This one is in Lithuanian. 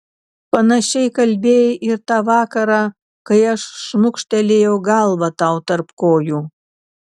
panašiai kalbėjai ir tą vakarą kai aš šmukštelėjau galvą tau tarp kojų